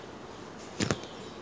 சரி:sari